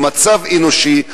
למצב אנושי,